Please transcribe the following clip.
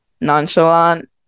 nonchalant